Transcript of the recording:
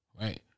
right